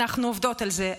אנחנו עובדות על זה,